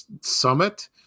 Summit